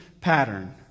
pattern